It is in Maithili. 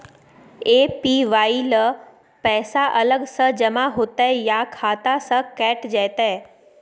ए.पी.वाई ल पैसा अलग स जमा होतै या खाता स कैट जेतै?